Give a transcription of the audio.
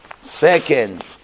Second